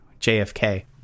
JFK